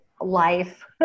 life